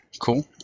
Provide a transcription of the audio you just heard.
cool